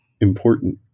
important